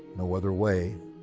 no other way,